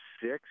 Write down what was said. six